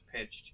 pitched